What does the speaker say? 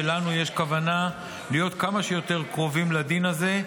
ולנו יש כוונה להיות כמה שיותר קרובים לדין הזה,